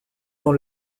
dans